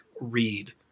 read